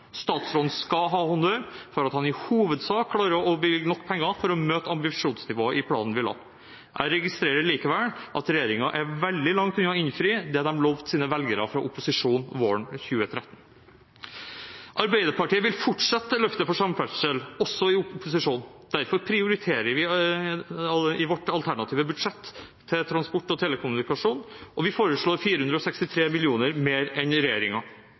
Statsråden skal ha honnør for at han i hovedsak klarer å bevilge nok penger til å møte ambisjonsnivået i planen vi la. Jeg registrerer likevel at regjeringen er veldig langt unna å innfri det de i opposisjon lovte sine velgere våren 2013. Arbeiderpartiet vil fortsette løftet for samferdsel – også i opposisjon. Derfor prioriterer vi i vårt alternative budsjett transport og telekommunikasjon, og vi foreslår 463 mill. kr mer enn